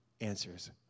answers